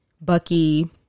Bucky